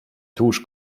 tuż